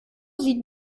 sieht